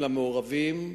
למעורבים,